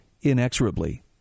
inexorably